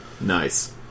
Nice